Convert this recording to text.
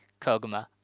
Koguma